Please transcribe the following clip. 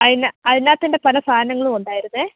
അതിന് അതിനകത്തെന്റെ പല സാധനങ്ങളും ഉണ്ടായിരുന്നു